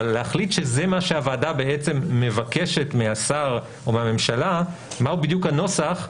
אבל להחליט שזה מה שהוועדה מבקשת מהשר או מהממשלה מה הוא בדיוק הנוסח,